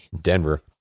Denver